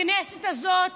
הכנסת הזאת